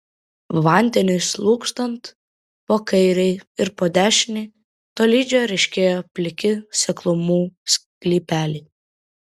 vandeniui slūgstant po kairei ir po dešinei tolydžio ryškėjo pliki seklumų sklypeliai